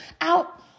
out